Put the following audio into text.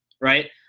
right